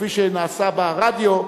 כפי שנעשה ברדיו,